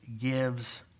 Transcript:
gives